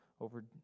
over